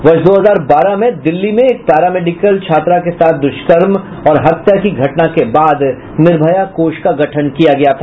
वर्ष दो हजार बारह में दिल्ली में एक पैरामेडिकल छात्रा के साथ दुष्कर्म और हत्या की घटना के बाद निर्भया कोष का गठन किया गया था